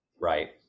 right